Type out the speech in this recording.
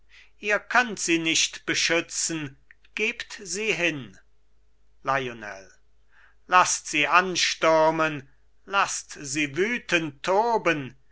ihr könnt sie nicht beschützen gebt sie hin lionel laßt sie anstürmen laßt sie wütend toben